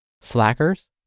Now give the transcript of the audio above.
Slackers